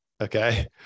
okay